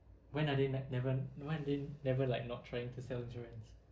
when are they ne~ never they never like not trying to sell insurance